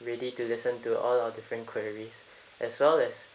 ready to listen to all our different queries as well as